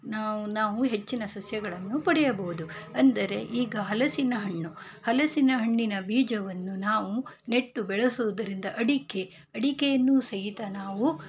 ನಾವು ನಾವು ಹೆಚ್ಚಿನ ಸಸ್ಯಗಳನ್ನು ಪಡೆಯಬಹುದು ಅಂದರೆ ಈಗ ಹಲಸಿನ ಹಣ್ಣು ಹಲಸಿನ ಹಣ್ಣಿನ ಬೀಜವನ್ನು ನಾವು ನೆಟ್ಟು ಬೆಳೆಸುವುದರಿಂದ ಅಡಿಕೆ ಅಡಿಕೆಯನ್ನು ಸಹಿತ ನಾವು